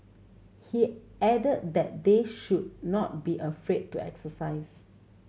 he added that they should not be afraid to exercise